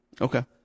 Okay